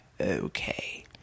okay